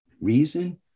reason